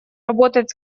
работать